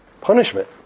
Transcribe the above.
punishment